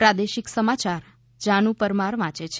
પ્રાદેશિક સમાચાર જાનુ પરમાર વાંચે છે